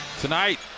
tonight